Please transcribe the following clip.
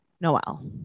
Noel